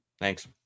Thanks